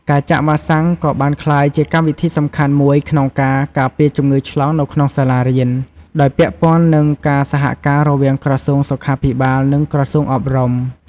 ការចាក់វ៉ាក់សាំងក៏បានក្លាយជាកម្មវិធីសំខាន់មួយក្នុងការការពារជំងឺឆ្លងនៅក្នុងសាលារៀន ដោយពាក់ព័ន្ធនឹងការសហការរវាងក្រសួងសុខាភិបាល និងក្រសួងអប់រំ។